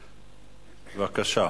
בבקשה.